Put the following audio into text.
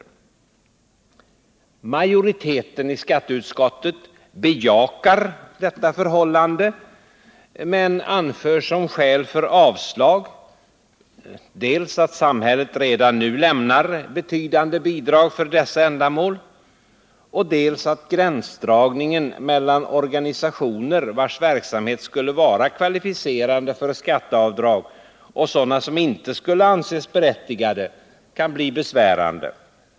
Majoriteten bejakar detta förhållande men anför såsom skäl för avslag dels att samhället redan nu lämnar betydande bidrag för dessa ändamål, dels att gränsdragningen mellan organisationer vilkas verksamhet skulle vara kvalificerande för skatteavdrag och sådana som inte skulle anses berättigade kan bli besvärande.